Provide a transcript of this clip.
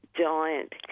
giant